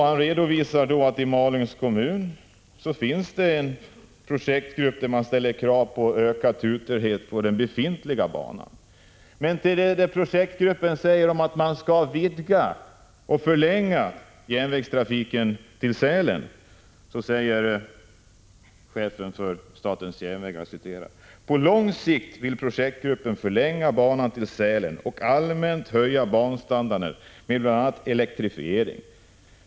Han redovisar att i Malungs kommun finns en projektgrupp som ställer krav på ökad turtäthet på den befintliga banan. Till projektgruppens förslag om förlängning av banan till Sälen säger chefen för statens järnvägar: ”På lång sikt vill projektgruppen förlänga banan till Sälen och allmänt höja banstandarden med bla elektrifiering.